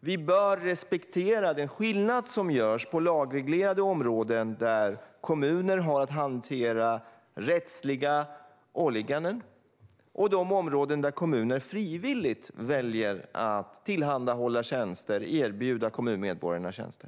Vi bör respektera den skillnad som görs på lagreglerade områden där kommuner har att hantera rättsliga åligganden och de områden där kommuner frivilligt väljer att tillhandahålla tjänster och erbjuda kommunmedborgarna tjänster.